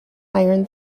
iron